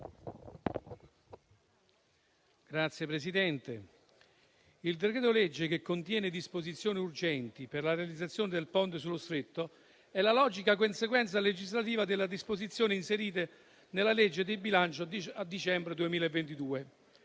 il decreto-legge che contiene disposizioni urgenti per la realizzazione del Ponte sullo Stretto è la logica conseguenza legislativa delle disposizioni inserite nella legge del bilancio a dicembre 2022.